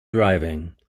driving